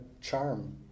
charm